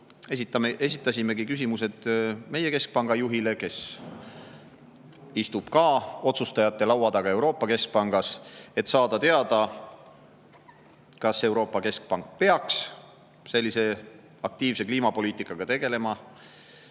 Esitasimegi küsimused meie keskpanga juhile, kes istub ka otsustajate laua taga Euroopa Keskpangas, et saada teada, kas Euroopa Keskpank peaks aktiivselt kliimapoliitikaga tegelema.